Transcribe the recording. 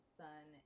sun